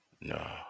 no